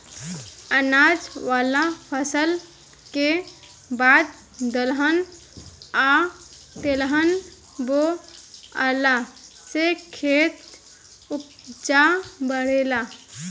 अनाज वाला फसल के बाद दलहन आ तेलहन बोआला से खेत के ऊपज बढ़ेला